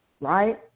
right